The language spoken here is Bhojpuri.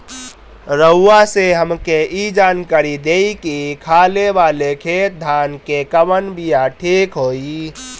रउआ से हमके ई जानकारी देई की खाले वाले खेत धान के कवन बीया ठीक होई?